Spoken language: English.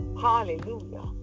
Hallelujah